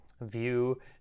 view